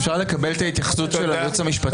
אפשר לקבל את ההתייחסות של הייעוץ המשפטי?